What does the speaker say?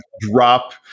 drop